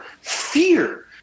Fear